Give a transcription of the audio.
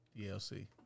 DLC